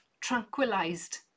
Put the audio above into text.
tranquilized